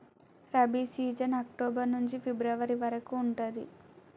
rabi season October నుంచి ఫిబ్రవరి వరకు ఉంటది